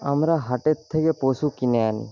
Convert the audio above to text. আমরা হাটের থেকে পশু কিনে আনি